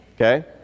okay